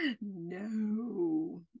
No